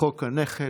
בסעיף הנכד,